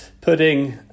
Pudding